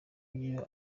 ibyo